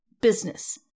business